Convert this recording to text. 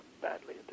badly